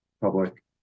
public